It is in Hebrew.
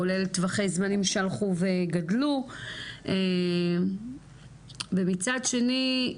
כולל את טווחי זמנים שהלכו וגדלו ומצד שני,